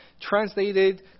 translated